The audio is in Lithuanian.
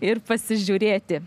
ir pasižiūrėti